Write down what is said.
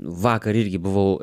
vakar irgi buvau